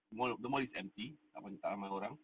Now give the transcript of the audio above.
mall the mall is empty tak ramai orang